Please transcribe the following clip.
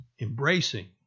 embracing